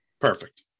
perfect